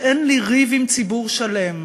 שאין לי ריב עם ציבור שלם,